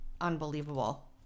Unbelievable